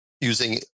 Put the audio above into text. using